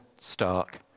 stark